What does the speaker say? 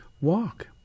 walk